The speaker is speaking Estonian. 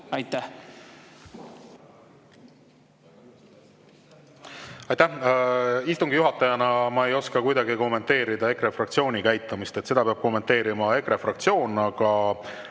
tuua? Aitäh! Istungi juhatajana ma ei oska kuidagi kommenteerida EKRE fraktsiooni käitumist, seda peab kommenteerima EKRE fraktsioon. Kui